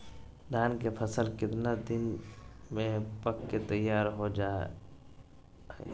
धान के फसल कितना दिन में पक के तैयार हो जा हाय?